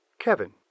Kevin